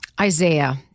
Isaiah